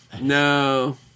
No